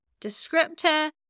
descriptor